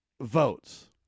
votes